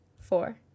four